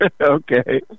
Okay